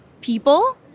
people